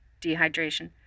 dehydration